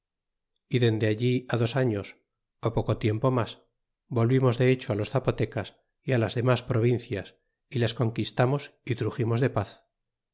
y dende allí dos años ó poco tiempo mas volvimos de hecho los zapotecas y las demas provincias y las conquistamos y truximos de paz